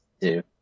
two